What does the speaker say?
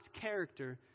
character